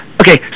okay